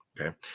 Okay